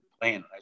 playing